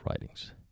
Writings